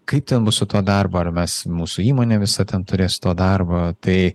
kaip ten bus su tuo darbu ar mes mūsų įmonė visa ten turės to darbo tai